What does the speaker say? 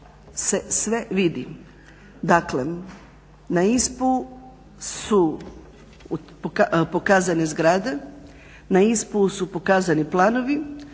se sve vidi. Dakle, na ISPU su pokazane zgrade, na ISPU su pokazani planovi,